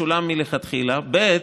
משולם מלכתחילה, ב.